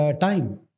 time